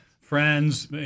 Friends